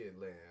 land